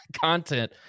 content